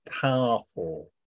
powerful